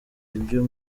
ibyo